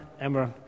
Emma